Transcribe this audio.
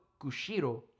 Kushiro